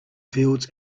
fields